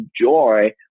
joy